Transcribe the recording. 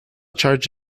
charge